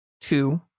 Two